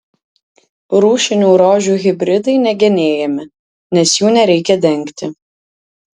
rūšinių rožių hibridai negenėjami nes jų nereikia dengti